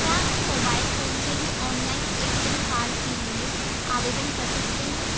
क्या हम mobile phone से भी ऑनलाइन ए.टी.एम कार्ड के लिए आवेदन कर सकते हैं